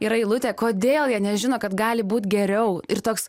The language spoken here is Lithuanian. yra eilutė kodėl jie nežino kad gali būt geriau ir toks